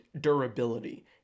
durability